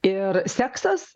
ir seksas